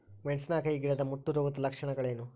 ಮೆಣಸಿನಕಾಯಿ ಗಿಡದ ಮುಟ್ಟು ರೋಗದ ಲಕ್ಷಣಗಳೇನು?